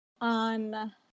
on